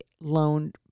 loan